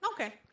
Okay